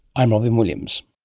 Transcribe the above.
i'm robyn williams